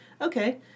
Okay